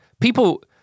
people